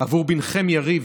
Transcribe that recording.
עבור בנכם יריב,